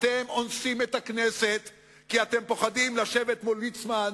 אתם אונסים את הכנסת כי אתם פוחדים לשבת מול ליצמן,